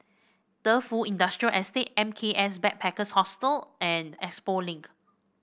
Defu Industrial Estate M K S Backpackers Hostel and Expo Link